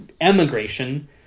emigration